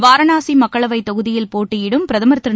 வாரணாசி மக்களவைத் தொகுதியில் போட்டியிடும் பிரதமர் திரு